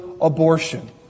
abortion